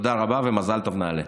תודה רבה ומזל טוב, נעל"ה.